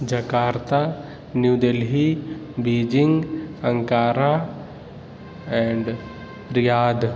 Jakarta New Delhi Beijing Ankara and Riyadh